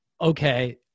okay